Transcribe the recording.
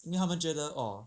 因为他们觉得 orh